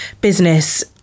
business